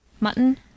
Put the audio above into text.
Mutton